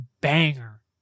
banger